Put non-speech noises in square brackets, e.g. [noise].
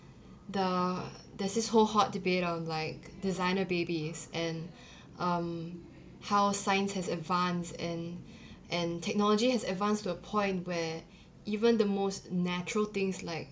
the there's this whole hot debate of like designer babies and [breath] um how science has advanced and [breath] and technology has advanced to a point where even the most natural things like